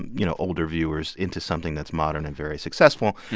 you know, older viewers into something that's modern and very successful.